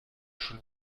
schon